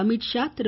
Amit Shah Thiru